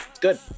good